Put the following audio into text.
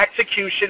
execution